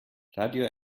radio